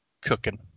cooking